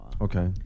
Okay